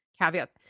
caveat